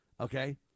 okay